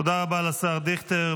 תודה רבה לשר דיכטר.